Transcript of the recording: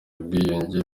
ubwiyunge